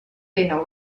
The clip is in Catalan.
tenen